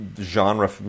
genre